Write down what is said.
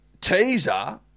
teaser